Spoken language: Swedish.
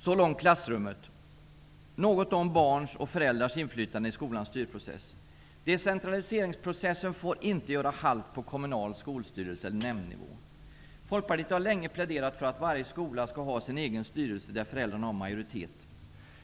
Så långt klassrummet. Jag vill då säga något om barns och föräldrars inflytande i skolans styrprocess. Decentraliseringsprocessen får inte göra halt på kommunal skolstyrelse/nämnd-nivå. Folkpartiet har länge pläderat för att varje skola skall ha sin egen styrelse där föräldrarna har majoritet.